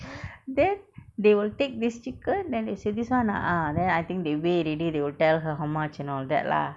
then they will take this chicken then they say this one err then I think they weigh already they will tell her how much and all that lah